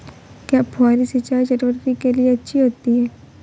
क्या फुहारी सिंचाई चटवटरी के लिए अच्छी होती है?